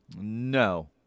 no